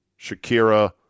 Shakira